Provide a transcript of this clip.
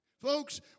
Folks